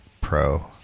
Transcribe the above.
Pro